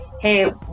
hey